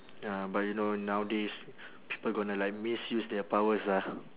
ya but you know nowadays people gonna like misuse their powers ah